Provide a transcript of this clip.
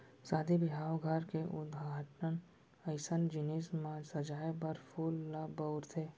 सादी बिहाव, घर के उद्घाटन अइसन जिनिस म सजाए बर फूल ल बउरथे